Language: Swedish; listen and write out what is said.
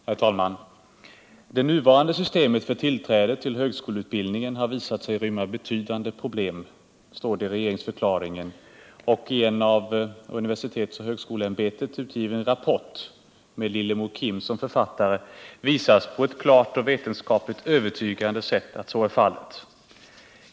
Herr talman! Det nuvarande systemet för tillträde till högskoleutbildning har visat sig rymma betydande problem, står det i regeringsförklaringen. I en av universitetsoch högskoleämbetet utgiven rapport med Lillemor Kim som författare visas på ett klart och vetenskapligt övertygande sätt att så är fallet.